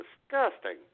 disgusting